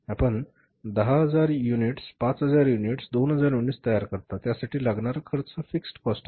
आपण 10000 units 5000 units 2000 units तयार करता त्या साठी लागणारा खर्च हा फिक्स्ड कॉस्ट आहे